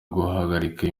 guhagarika